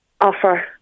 offer